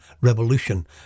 revolution